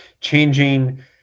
changing